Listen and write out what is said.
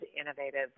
innovative